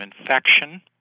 infection